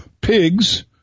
pigs